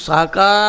Saka